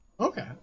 okay